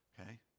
Okay